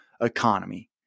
economy